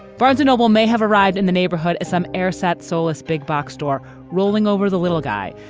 barnes noble may have arrived in the neighborhood as some air sat soulless big box store rolling over the little guy.